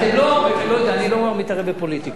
אני לא מתערב בפוליטיקה.